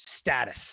status